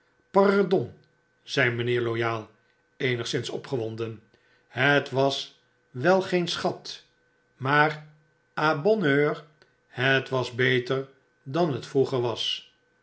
pardon zei mynheer loyal eenigszins opgewonden het was welgeen schat maar a la bonne heure het was beter dan hetvroeger was